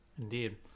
Indeed